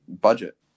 budget